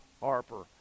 Harper